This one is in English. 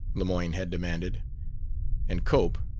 lemoyne had demanded and cope,